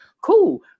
Cool